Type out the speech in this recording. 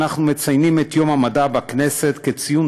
אנחנו מציינים את יום המדע בכנסת כציון